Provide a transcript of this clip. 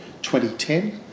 2010